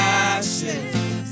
ashes